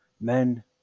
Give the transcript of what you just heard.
Men